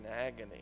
agony